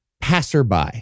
passerby